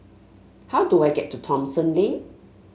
how do I get to Thomson Lane